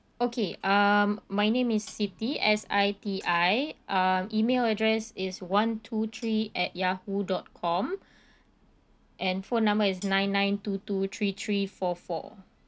okay uh my name is siti S I T I uh email address is one two three at yahoo dot com and phone number is nine nine two two three three four four